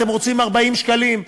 אתם רוצים 40 שקלים?